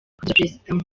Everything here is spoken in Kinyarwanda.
president